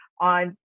on